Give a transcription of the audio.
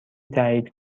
تایید